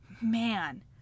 man